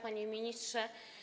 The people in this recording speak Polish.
Panie Ministrze!